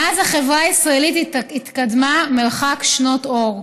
מאז החברה הישראלית התקדמה מרחק שנות אור.